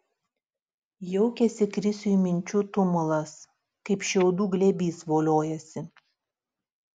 jaukiasi krisiui minčių tumulas kaip šiaudų glėbys voliojasi